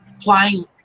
Playing